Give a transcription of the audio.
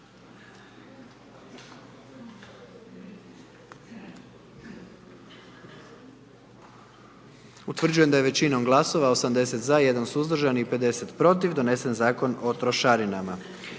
Utvrđujem da je većinom glasova 81 za i 19 glasova protiv donesen Zakon o izmjenama